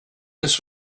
this